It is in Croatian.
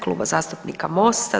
Kluba zastupnika MOST-a.